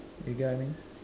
you get what I mean